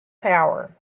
tower